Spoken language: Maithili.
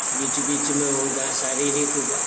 बीच बीचमे हुनका शारीरिक